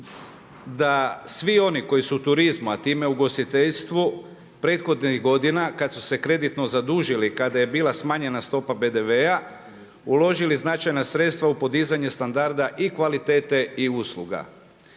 da svi oni koji su u turizmu, a time u ugostiteljstvu prethodnih godina kad su se kreditno zadužili, kada je bila smanjena stopa PDV-a uložili značajna sredstva u podizanje standarda i kvalitete i usluga.